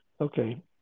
Okay